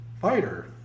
fighter